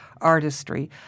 artistry